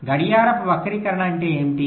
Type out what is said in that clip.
గడియారపు వక్రీకరణ అంటే ఏమిటి